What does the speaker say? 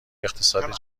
اقتصاد